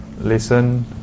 listen